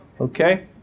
Okay